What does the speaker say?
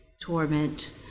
torment